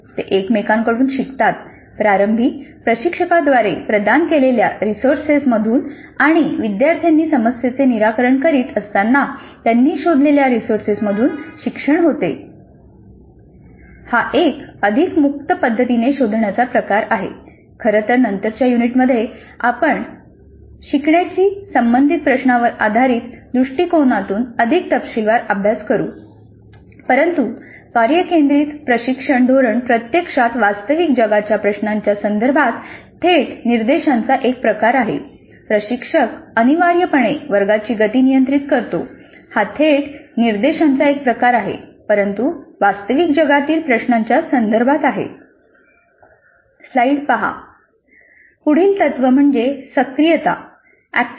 ते एकमेकांकडून शिकतात प्रारंभी प्रशिक्षकाद्वारे प्रदान केलेल्या रिसोर्सेस पुढील तत्त्व म्हणजे सक्रियता तत्त्व